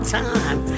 time